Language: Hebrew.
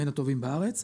מן הטובים בארץ.